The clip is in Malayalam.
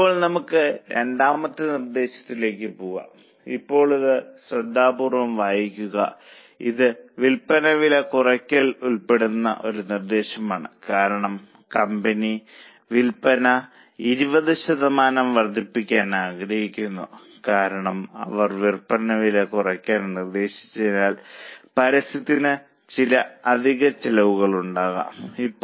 ഇപ്പോൾ നമുക്ക് രണ്ടാമത്തെ നിർദ്ദേശത്തിലേക്ക് പോകാം ഇപ്പോൾ ഇത് ശ്രദ്ധാപൂർവ്വം വായിക്കുക ഇത് വിൽപ്പന വില കുറയ്ക്കൽ ഉൾപ്പെടുന്ന ഒരു നിർദ്ദേശമാണ് കാരണം കമ്പനി വിൽപ്പന 20 ശതമാനം വർദ്ധിപ്പിക്കാൻ ആഗ്രഹിക്കുന്നു കാരണം അവർ വിൽപ്പന വില കുറയ്ക്കാൻ നിർദ്ദേശിച്ചതിനാൽ പരസ്യത്തിന് ചില അധിക ചെലവുണ്ടാകും